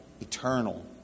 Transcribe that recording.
Eternal